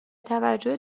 توجه